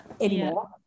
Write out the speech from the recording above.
anymore